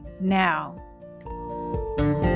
now